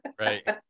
Right